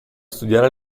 studiare